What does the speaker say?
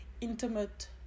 intimate